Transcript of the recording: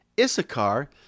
Issachar